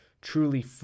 truly